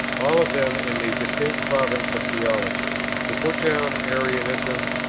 all of them in the distinct province of theology to put down arianism,